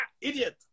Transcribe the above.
idiot